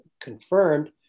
confirmed